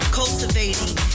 cultivating